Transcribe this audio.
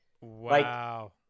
Wow